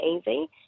easy